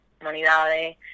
humanidades